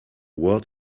world